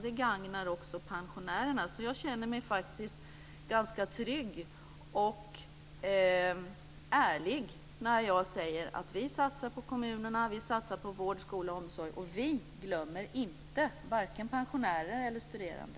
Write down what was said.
Detta gagnar också pensionärerna, så jag känner mig ganska trygg och ärlig när jag säger att vi satsar på kommunerna och på vård, skola och omsorg. Vi glömmer varken pensionärer eller studerande.